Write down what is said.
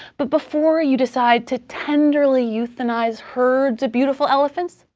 but before you decide to tenderly euthanize herds of beautiful elephants,